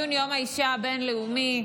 ציון יום האישה הבין-לאומי.